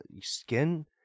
skin